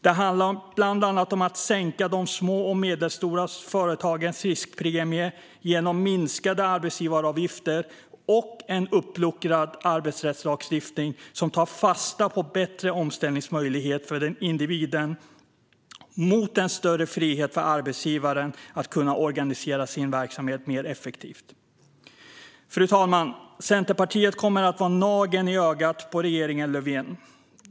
Det handlar bland annat om att sänka de små och medelstora företagens riskpremie genom minskade arbetsgivaravgifter och en uppluckrad arbetsrättslagstiftning som tar fasta på bättre omställningsmöjlighet för individen, mot en större frihet för arbetsgivare att organisera sin verksamhet mer effektivt. Fru talman! Centerpartiet kommer att vara en nagel i ögat på regeringen Löfven.